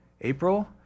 April